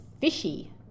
fishy